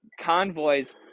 convoys